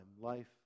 Life